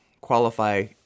qualify